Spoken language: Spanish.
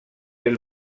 del